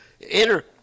Enter